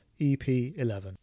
ep11